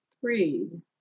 three